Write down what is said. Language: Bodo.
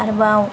आरोबाव